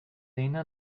lena